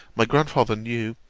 my grandfather knew,